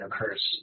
occurs